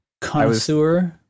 connoisseur